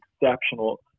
exceptional